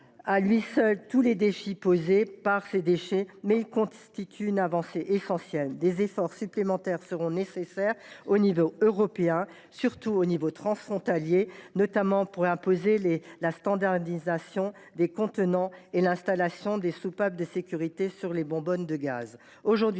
à lui seul tous les défis posés par ces déchets, mais il constitue une avancée essentielle. Des efforts supplémentaires seront nécessaires au niveau européen, notamment pour prendre en compte les questions transfrontalières et imposer la standardisation des contenants et l’installation de soupapes de sécurité sur les bonbonnes de gaz.